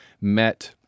met